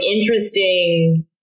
interesting